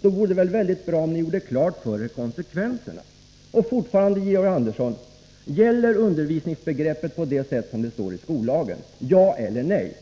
Då vore det väl bra om ni gjorde klart för er vilka konsekvenserna blir. Gäller fortfarande undervisningsbegreppet på det sätt som det står i skollagen, Georg Andersson? Ja eller nej.